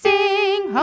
Sing